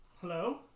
Hello